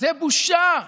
זו בושה.